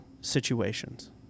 situations